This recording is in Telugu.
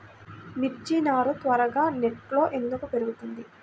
మిర్చి నారు త్వరగా నెట్లో ఎందుకు పెరుగుతుంది?